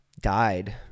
died